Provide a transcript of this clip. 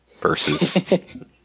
versus